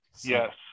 Yes